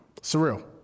surreal